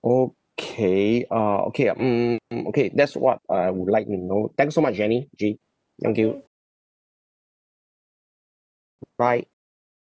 okay uh okay ah mm mm okay that's what I would like to know thanks so much jenny actually thank you bye